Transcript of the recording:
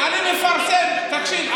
תקשיב.